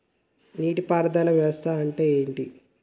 నీటి పారుదల వ్యవస్థ అంటే ఏంటి?